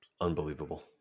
Unbelievable